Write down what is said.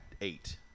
eight